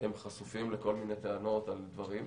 הם חשופים לכל מיני טענות על דברים.